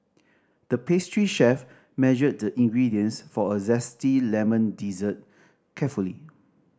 the pastry chef measured the ingredients for a zesty lemon dessert carefully